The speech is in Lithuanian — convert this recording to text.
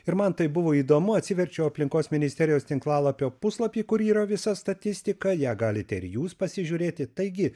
ir man tai buvo įdomu atsiverčiau aplinkos ministerijos tinklalapio puslapį kur yra visa statistika ją galite ir jūs pasižiūrėti taigi